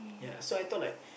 yeah so I thought like